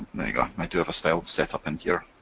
there you go, i do have a style set up in here,